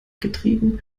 getrieben